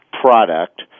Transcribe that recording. product